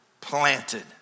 planted